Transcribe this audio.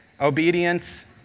obedience